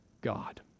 God